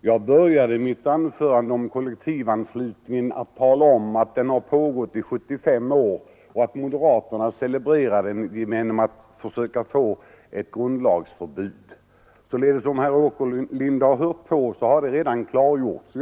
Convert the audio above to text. Herr talman! Jag började mitt anförande om kollektivanslutningen med att tala om att den har pågått i 75 år och att moderaterna celebrerar det genom att försöka få ett grundlagsförbud. Om herr Åkerlind hade hört på så har det redan klargjorts.